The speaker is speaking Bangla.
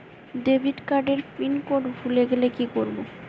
ডেবিটকার্ড এর পিন কোড ভুলে গেলে কি করব?